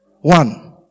One